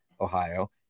Ohio